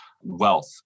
wealth